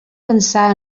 pensar